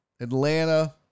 Atlanta